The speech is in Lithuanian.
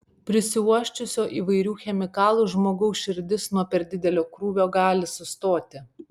prisiuosčiusio įvairių chemikalų žmogaus širdis nuo per didelio krūvio gali sustoti